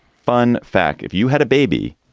fun fact if you had a baby.